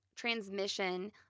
Transmission